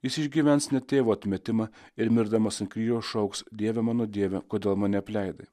jis išgyvens net tėvo atmetimą ir mirdamas an kryžiaus šauks dieve mano dieve kodėl mane apleidai